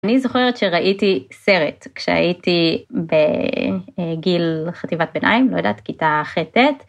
אני זוכרת שראיתי סרט כשהייתי בגיל חטיבת ביניים, לא יודעת, כיתה ח' ט'.